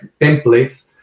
templates